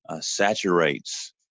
saturates